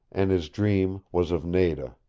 and his dream was of nada.